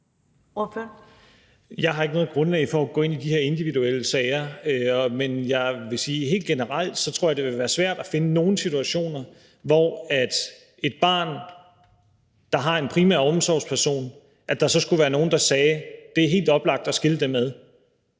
Jeg har ikke noget grundlag for at kunne gå ind i de her individuelle sager. Men jeg vil sige, at helt generelt tror jeg, det vil være svært at finde nogen situationer med et barn, der har en primær omsorgsperson, hvor der så skulle være nogen, der sagde: Det er helt oplagt at skille dem ad.